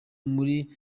muri